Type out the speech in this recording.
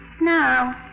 No